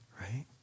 right